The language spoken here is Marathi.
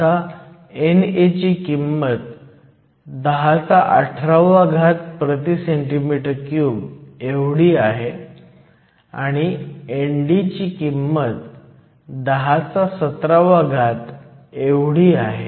आता NA ची किंमत 1018 cm 3 आहे आणि ND ची किंमत 1017 आहे